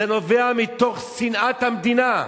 זה נובע מתוך שנאת המדינה.